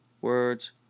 Words